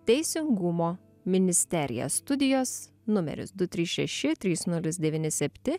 teisingumo ministerija studijos numeris du trys šeši trys nulis devyni septi